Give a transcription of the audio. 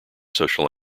social